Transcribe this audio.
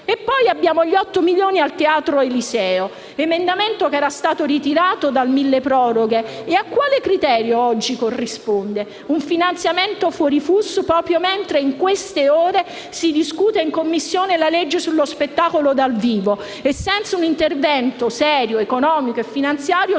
poi abbiamo gli otto milioni al teatro Eliseo, emendamento che era stato ritirato dal mille proroghe. A quale criterio oggi corrisponde un finanziamento fuori FUS, proprio mentre in queste ore si discute in Commissione la legge sullo spettacolo dal vivo e senza un serio intervento economico e finanziario